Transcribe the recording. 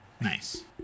Nice